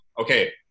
okay